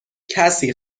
کسی